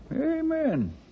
Amen